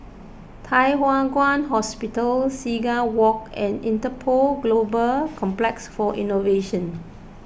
Thye Hua Kwan Hospital Seagull Walk and Interpol Global Complex for Innovation